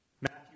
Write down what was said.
Matthew